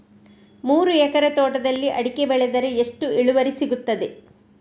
ಮೂರು ಎಕರೆ ತೋಟದಲ್ಲಿ ಅಡಿಕೆ ಬೆಳೆದರೆ ಎಷ್ಟು ಇಳುವರಿ ಸಿಗುತ್ತದೆ?